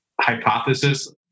hypothesis